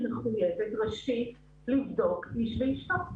אני מחויבת ראשית לבדוק "איש ואשתו".